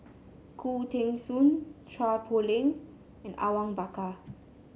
Khoo Teng Soon Chua Poh Leng and Awang Bakar